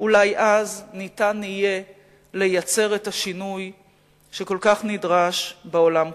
אולי אז ניתן יהיה לייצר את השינוי שכל כך נדרש בעולם כולו.